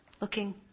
looking